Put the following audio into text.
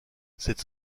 cette